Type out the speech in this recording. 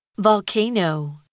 Volcano